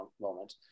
moment